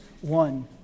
one